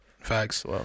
Facts